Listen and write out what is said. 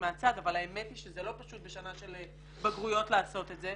מהצד אבל האמת היא שזה לא פשוט בשנה של בגרויות לעשות את זה.